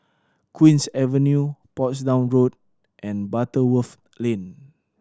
Queen's Avenue Portsdown Road and Butterworth Lane